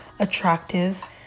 attractive